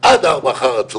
רק יהודים עם התעודה,